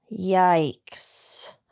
Yikes